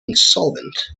insolvent